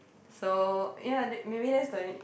so ya that maybe that's the